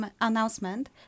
announcement